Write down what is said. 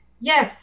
yes